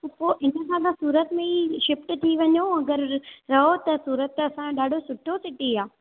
त पोइ इन खां त सूरत में ई शिफ्ट थी वञो अगरि रहो त सूरत असांजो ॾाढो सुठो सिटी आहे